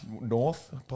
North